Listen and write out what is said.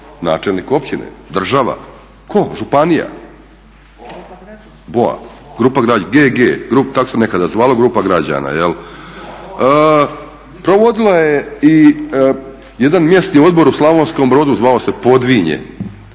Načelnik općine, država? Tko? Županija? BOA, grupa GG tako se nekada zvalo grupa građana. Provodila je jedan mjesni odbor u Slavonskom Brodu zvao se Podvinje